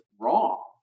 wrong